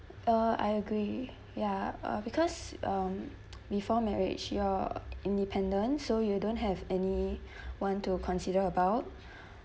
uh I agree ya uh because um before marriage you're independent so you don't have anyone to consider about